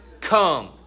come